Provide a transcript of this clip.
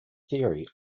theory